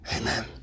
Amen